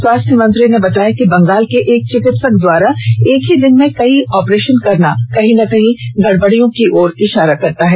स्वास्थ्य मंत्री ने बताया कि बंगाल के एक चिकित्सक द्वारा एक ही दिन में कई ऑपरेशन करना कहीं न कहीं गड़बड़ियों की ओर इशारा करता है